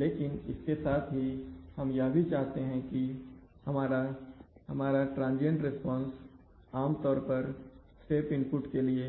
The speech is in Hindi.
लेकिन इसके साथ ही हम यह भी चाहते हैं कि हमारा ट्रांजियंट रिस्पांस आमतौर पर स्टेप इनपुट के लिए